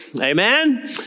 Amen